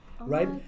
right